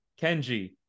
Kenji